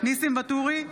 ניסים ואטורי,